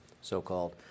so-called